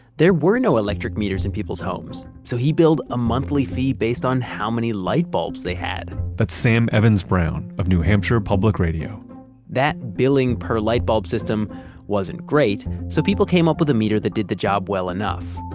there were no electric meters in people's homes. so he billed a monthly fee based on how many light bulbs they had that's sam evans-brown of new hampshire public radio that billing per light bulb system wasn't great, so people came up with a meter that did the job well enough.